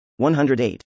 108